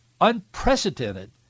unprecedented